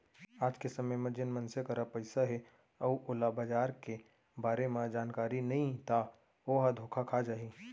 आज के समे म जेन मनसे करा पइसा हे अउ ओला बजार के बारे म जानकारी नइ ता ओहा धोखा खा जाही